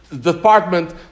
department